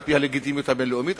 על-פי הלגיטימיות הבין-לאומית,